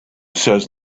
says